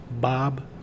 Bob